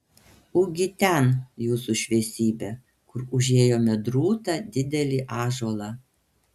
ugi ten jūsų šviesybe kur užėjome drūtą didelį ąžuolą